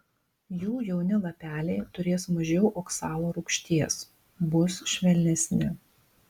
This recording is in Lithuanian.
jų jauni lapeliai turės mažiau oksalo rūgšties bus švelnesni